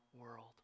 world